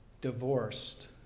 divorced